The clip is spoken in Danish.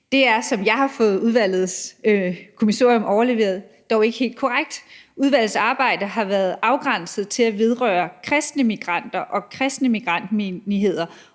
sådan som jeg har fået udvalgets kommissorium overleveret, er det dog ikke helt korrekt. Udvalgets arbejde har været afgrænset til at vedrøre kristne migranter og kristne migrantmenigheder